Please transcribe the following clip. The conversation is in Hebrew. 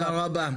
תודה רבה.